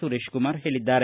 ಸುರೇಶ್ಕುಮಾರ್ ಹೇಳಿದ್ದಾರೆ